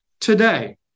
Today